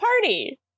party